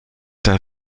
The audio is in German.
der